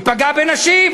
היא פגעה בנשים,